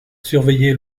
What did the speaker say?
surveiller